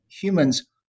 humans